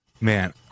man